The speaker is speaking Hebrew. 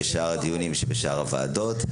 היום בוועדות השונות,